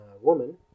woman